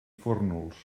fórnols